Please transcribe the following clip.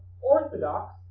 Orthodox